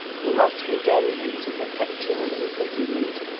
he must condemn him to perpetual imprison ment,